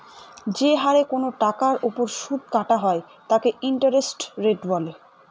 যে হারে কোনো টাকার ওপর সুদ কাটা হয় তাকে ইন্টারেস্ট রেট বলে